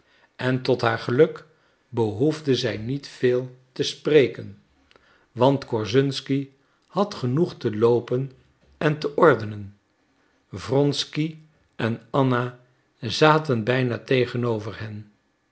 en tot haar geluk behoefde zij niet veel te spreken want korszunsky had genoeg te loopen en te ordenen wronsky en anna zaten bijna tegenover hen